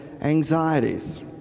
anxieties